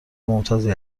ممتازی